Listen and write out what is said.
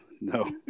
no